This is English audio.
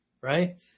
right